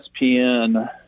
ESPN